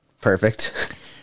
Perfect